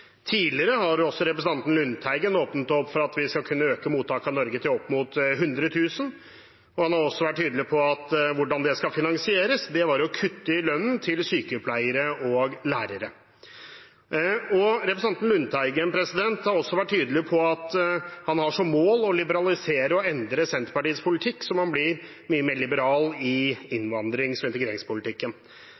Tidligere har også representanten Lundteigen åpnet opp for at vi skal kunne øke mottaket i Norge til opp mot 100 000. Han har også vært tydelig på hvordan det skal finansieres, og det var ved å kutte i lønnen til sykepleiere og lærere. Representanten Lundteigen har også vært tydelig på at han har som mål å liberalisere og endre Senterpartiets politikk så man blir mye mer liberal i innvandrings- og integreringspolitikken.